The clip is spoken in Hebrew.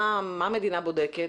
מה המדינה בודקת?